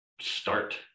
start